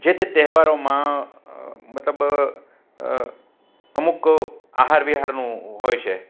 જે તે તહેવારોમાં મતલબ અમુક આહાર વિહારનું હોય છે